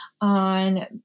on